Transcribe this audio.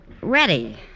ready